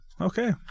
Okay